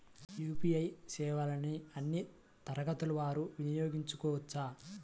UPI సేవలని అన్నీ తరగతుల వారు వినయోగించుకోవచ్చా?